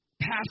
pass